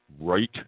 right